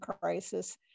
crisis